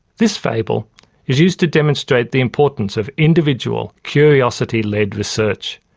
this fable is used to demonstrate the importance of individual, curiosity-led research,